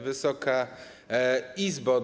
Wysoka Izbo!